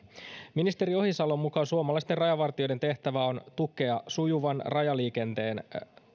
ministeri ohisalon mukaan suomalaisten rajavartijoiden tehtävä on tukea sujuvan rajaliikenteen